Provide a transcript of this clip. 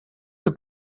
have